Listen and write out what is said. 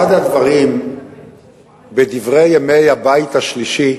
אחד הדברים שקיימים בדברי ימי הבית השלישי,